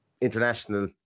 international